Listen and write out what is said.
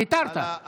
ויתרת.